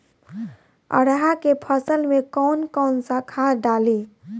अरहा के फसल में कौन कौनसा खाद डाली?